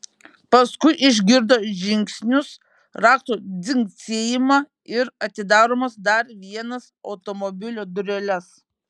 paskui išgirdo žingsnius raktų dzingsėjimą ir atidaromas dar vienas automobilio dureles